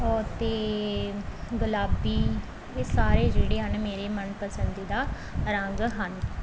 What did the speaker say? ਅਤੇ ਗੁਲਾਬੀ ਇਹ ਸਾਰੇ ਜਿਹੜੇ ਹਨ ਮੇਰੇ ਮਨਪਸੰਦੀਦਾ ਰੰਗ ਹਨ